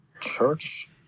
Church